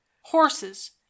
horses